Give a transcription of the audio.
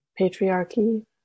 patriarchy